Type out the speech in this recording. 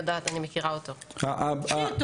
התוספת של סעיף 11א(1), הסיכום